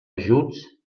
ajuts